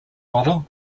model